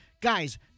Guys